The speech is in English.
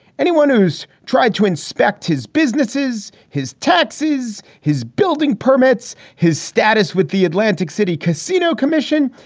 anyone who's tried to inspect his businesses, his taxes, his building permits, his status with the atlantic city casino commission.